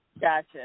Gotcha